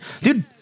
Dude